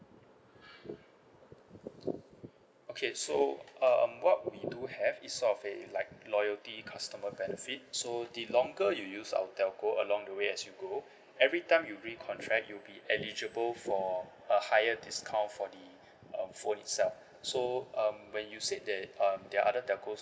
okay so um what we do have is sort of eh like loyalty customer benefit so the longer you use our telco along the way as you go every time you recontract you'll be eligible for a higher discount for the um phone itself so um when you said that um there are other telcos